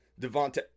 Devonta